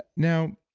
now,